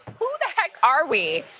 who the heck are we?